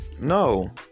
no